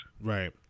Right